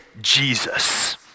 Jesus